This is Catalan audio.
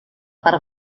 part